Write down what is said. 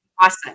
awesome